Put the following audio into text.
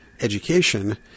education